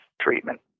treatment